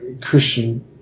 Christian